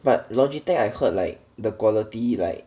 but Logitech I heard like the quality like